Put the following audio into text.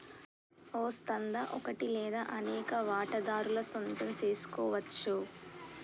ఓ సంస్థ ఒకటి లేదా అనేక వాటాదారుల సొంతం సెసుకోవచ్చు